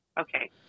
Okay